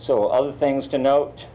so other things to note